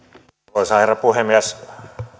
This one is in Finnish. arvoisa herra puhemies